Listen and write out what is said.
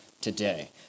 today